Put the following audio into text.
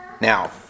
Now